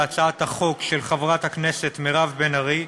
להצעת החוק של חברת הכנסת מירב בן ארי.